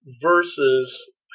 versus